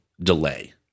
delay